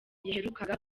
yaherukaga